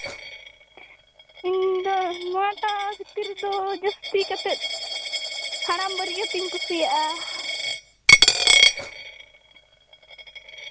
ᱤᱧ ᱫᱚ ᱱᱚᱣᱟᱴᱟᱜ ᱨᱮᱫᱚ ᱡᱟᱹᱥᱛᱤ ᱠᱟᱛᱮᱫ ᱦᱟᱲᱟᱢ ᱵᱟᱹᱨᱭᱟᱹᱛᱤᱧ ᱠᱩᱥᱤᱭᱟᱜᱼᱟ